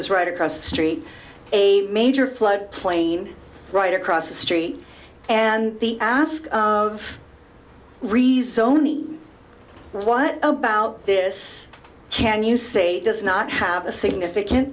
it's right across the street a major flood plain right across the street and the ask of rezoning what about this can you say does not have a significant